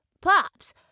Pops